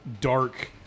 dark